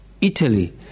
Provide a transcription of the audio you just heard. Italy